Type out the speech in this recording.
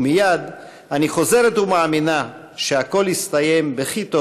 ומייד אני חוזרת ומאמינה כי הכול יסתיים בכי טוב,